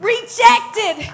rejected